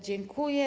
Dziękuję.